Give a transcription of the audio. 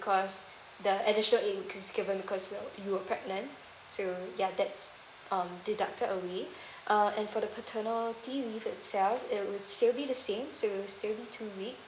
because the additional eight weeks is given because you're pregnant so ya that's um deducted away uh and for the paternity leave itself it will still be the same so it'll still be two weeks